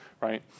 right